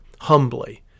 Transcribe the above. humbly